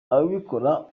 ababikora